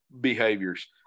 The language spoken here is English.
behaviors